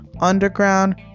underground